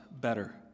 better